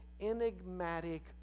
enigmatic